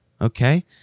okay